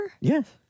Yes